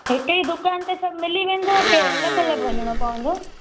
हिकु ई दुकान ते सभु मिली वेंदो के अलॻि अलॻि वञिणो पवंदो